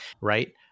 right